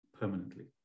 permanently